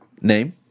name